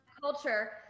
culture